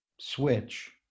switch